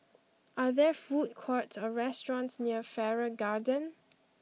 are there food courts or restaurants near Farrer Garden